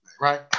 right